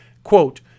Quote